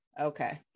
Okay